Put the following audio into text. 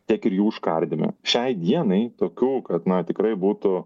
tiek ir jų užkardyme šiai dienai tokių kad na tikrai būtų